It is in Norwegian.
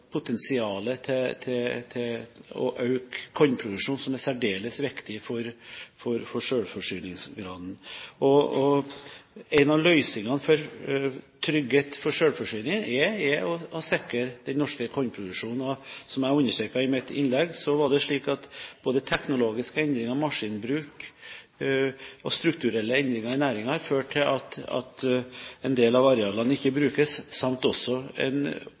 potensialet til å øke kornproduksjonen, som er særdeles viktig for selvforsyningsgraden. Én av løsningene for trygghet for selvforsyning er å sikre den norske kornproduksjonen, og, som jeg understreket i mitt innlegg, både teknologiske endringer, maskinbruk og strukturelle endringer i næringen har ført til at en del av arealene ikke brukes, samt også f.eks. en